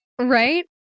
right